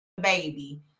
baby